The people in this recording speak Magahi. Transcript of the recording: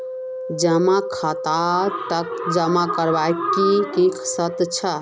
जमा खातात टका जमा करवार की की शर्त छे?